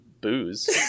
booze